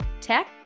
Tech